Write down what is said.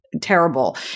terrible